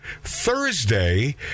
Thursday